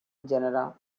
genera